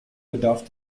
bedarf